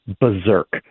berserk